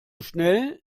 schnell